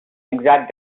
exact